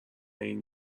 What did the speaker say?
این